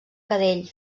cadell